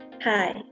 Hi